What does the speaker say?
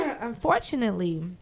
Unfortunately